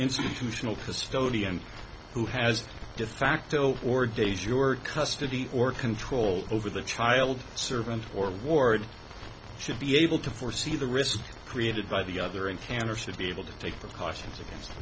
institutional custodian who has defacto for days your custody or control over the child servant or ward should be able to foresee the risk created by the other and can or should be able to take precautions against